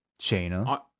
Shayna